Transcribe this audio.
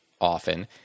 often